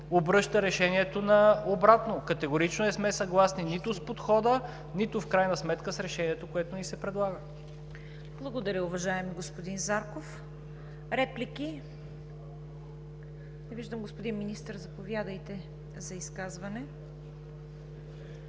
обръща решението на обратно. Категорично не сме съгласни нито с подхода, нито в крайна сметка с решението, което ни се предлага. ПРЕДСЕДАТЕЛ ЦВЕТА КАРАЯНЧЕВА: Благодаря, уважаеми господин Зарков. Реплики? Не виждам. Господин Министър, заповядайте за изказване.